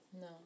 No